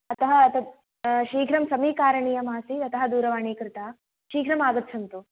अतः तत् शीघ्रं समीकारणीयमासीत् अतः दूरवाणी कृता शीघ्रमागच्छन्तु